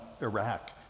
Iraq